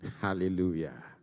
Hallelujah